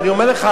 ואני אומר לך,